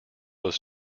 was